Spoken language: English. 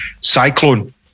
Cyclone